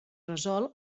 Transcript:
resol